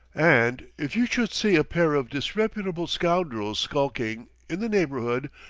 and if you should see a pair of disreputable scoundrels skulking, in the neighborhood,